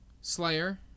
Slayer